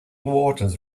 waters